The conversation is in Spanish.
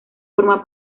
forma